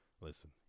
listen